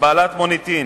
בעלת מוניטין,